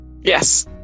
Yes